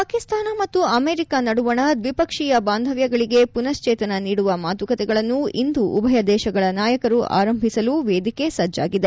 ಪಾಕಿಸ್ತಾನ ಮತ್ತು ಅಮೆರಿಕಾ ನಡುವಣ ದ್ವಿಪಕ್ಷೀಯ ಬಾಂಧವ್ಲಗಳಿಗೆ ಪುನಚೇತನ ನೀಡುವ ಮಾತುಕತೆಗಳನ್ನು ಇಂದು ಉಭಯ ದೇಶಗಳ ನಾಯಕರು ಆರಂಭಿಸಲು ವೇದಿಕೆ ಸಜ್ಜಾಗಿದೆ